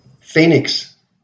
Phoenix